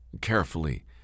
carefully